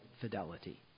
fidelity